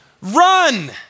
Run